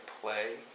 play